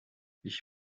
ich